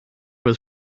was